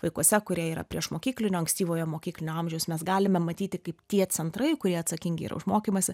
vaikuose kurie yra priešmokyklinio ankstyvojo mokyklinio amžiaus mes galime matyti kaip tie centrai kurie atsakingi yra už mokymąsi